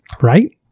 Right